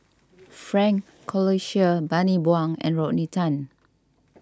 Frank Cloutier Bani Buang and Rodney Tan